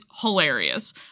hilarious